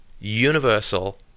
universal